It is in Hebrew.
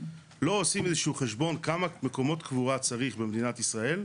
לא עושים איזשהו חשבון כמה מקומות קבורה צריך במדינת ישראל,